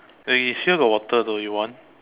eh here got water though you want